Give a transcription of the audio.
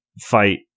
fight